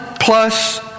plus